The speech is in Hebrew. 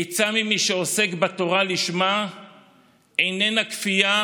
עצה ממי שעוסק בתורה לשמה איננה כפייה,